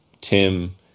Tim